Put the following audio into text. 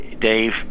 Dave –